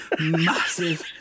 massive